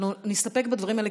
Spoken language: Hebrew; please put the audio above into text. אנחנו נסתפק בדברים האלה,